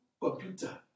computer